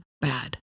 bad